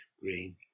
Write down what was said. green